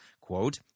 quote